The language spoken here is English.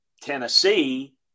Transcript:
Tennessee